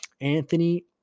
Anthony